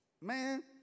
Man